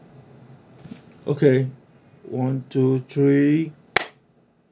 okay one two three